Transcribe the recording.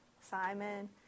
Simon